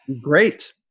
great